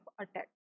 attack